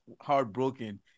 heartbroken